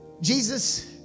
Jesus